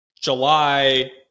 July